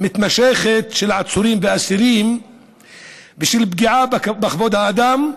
מתמשכת של עצורים ואסירים ושל פגיעה בכבוד האדם.